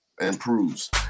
improves